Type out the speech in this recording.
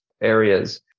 areas